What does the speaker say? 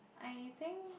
I think